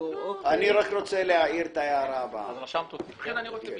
אנחנו מגישים רביזיה.